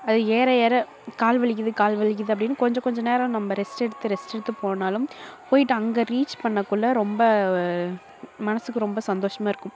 அது ஏற ஏற கால் வலிக்குது கால் வலிக்குது அப்படின்னு கொஞ்சம் கொஞ்சம் நேரம் நம்ம ரெஸ்ட் எடுத்து ரெஸ்ட் எடுத்து போனாலும் போய்ட்டு அங்கே ரீச் பண்ணக்குள்ளே ரொம்ப மனசுக்கு ரொம்ப சந்தோஷமாக இருக்கும்